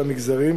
המגזרים,